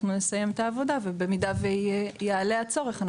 אנחנו נסיים את העבודה ובמידה ויעלה הצורך,